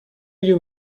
you